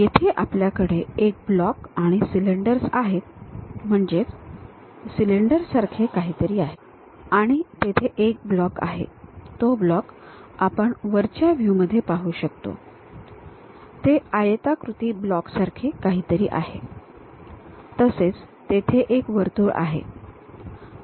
येथे आपल्याकडे एक ब्लॉक आणि सिलेंडर्स आहेत म्हणजे सिलेंडरसारखे काहीतरी आहे आणि तेथे एक ब्लॉक आहे तो ब्लॉक आपण वरच्या व्ह्यू मध्ये पाहू शकतो ते आयताकृती ब्लॉकसारखे काहीतरी आहे तसेच तेथे एक वर्तुळ आहे